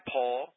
Paul